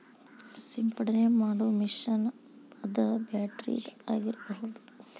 ಸಿಂಪಡನೆ ಮಾಡು ಮಿಷನ್ ಅದ ಬ್ಯಾಟರಿದ ಆಗಿರಬಹುದ